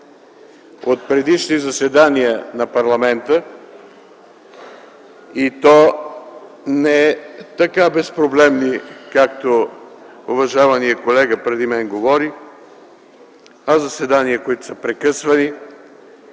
от предишни заседания на парламента, и то не така безпроблемни, както уважаваният колега преди мен говори, а заседания, които са прекъсвани,